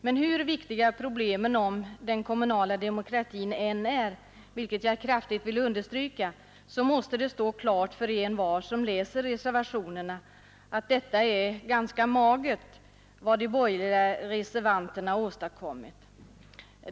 Men hur viktiga problemen om den kommunala demokratin än är, vilket jag kraftigt vill understryka, så måste det stå klart för envar som läser reservationerna, att vad de borgerliga reservanterna åstadkommit är ganska magert.